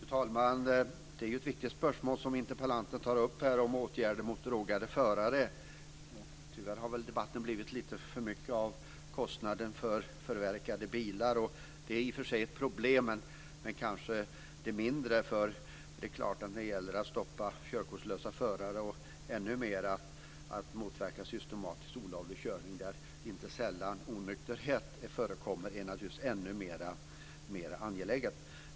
Fru talman! Det är ett viktigt spörsmål som interpellanten tar upp om åtgärder mot drogade förare. Tyvärr har väl debatten handlat lite för mycket om kostnaden för förverkade bilar. Det är i och för sig ett problem men kanske det mindre. Att stoppa körkortslösa förare och systematisk olovlig körning, där inte sällan onykterhet förekommer, är naturligtvis ännu mer angeläget.